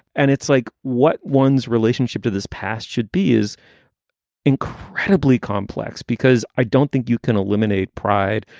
and it's like what one's relationship to this past should be is incredibly complex, because i don't think you can eliminate pride,